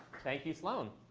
thank you, sloane.